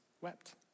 wept